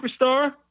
superstar